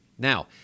Now